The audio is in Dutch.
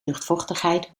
luchtvochtigheid